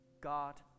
god